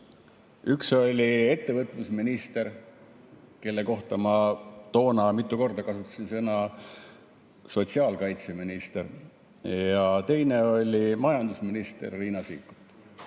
Üks oli ettevõtlusminister, kelle kohta ma toona mitu korda kasutasin nimetust "sotsiaalkaitseminister", ja teine oli majandusminister Riina Sikkut.